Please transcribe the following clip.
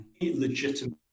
Legitimate